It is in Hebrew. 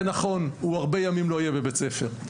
זה נכון הוא הרבה ימים לא יהיה בבית ספר.